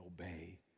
obey